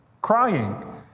crying